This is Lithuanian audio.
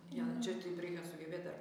jo čia taip reikia sugebėt dar